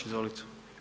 Izvolite.